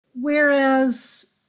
whereas